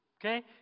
Okay